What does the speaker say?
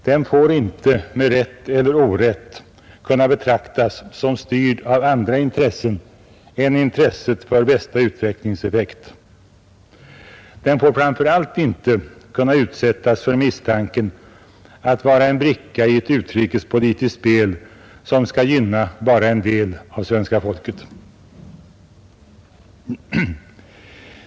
Den får inte med rätt eller orätt kunna betraktas som styrd av andra intressen än intresset för bästa utvecklingseffekt. Den får framför allt inte kunna utsättas för misstanken att vara en bricka i ett inrikespolitiskt spel som skall gynna bara en del av svenska folket.